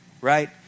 right